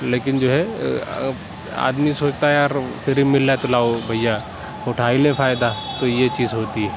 لیکن جو ہے آدمی سوچتا ہے یار فری مل رہا ہے تو لاؤ بھیا اُٹھا ہی لیں فائدہ تو یہ چیز ہوتی ہے